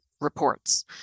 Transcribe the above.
reports